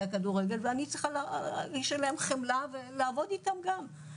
הכדורגל ואני צריכה להשאיל להם חמלה ולעבוד איתם גם.